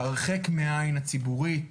הרחק מהעין הציבורית.